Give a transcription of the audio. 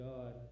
God